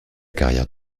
carrière